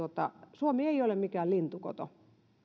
suomi ei ole mikään lintukoto